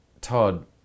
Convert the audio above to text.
Todd